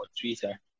Twitter